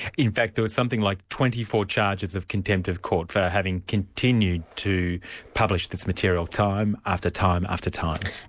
in fact there was something like twenty four charges of contempt of court for having continued to publish this material time after time after time.